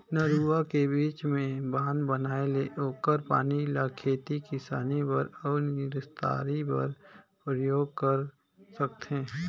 नरूवा के बीच मे बांध बनाये ले ओखर पानी ल खेती किसानी बर अउ निस्तारी बर परयोग कर सकथें